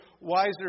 wiser